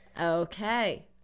okay